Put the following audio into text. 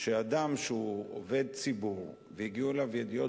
שאדם שהוא עובד ציבור והגיעו אליו ידיעות